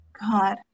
God